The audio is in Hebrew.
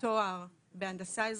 תואר בהנדסה אזרחית,